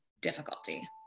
difficulty